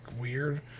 weird